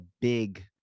big